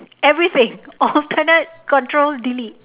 everything alternate control delete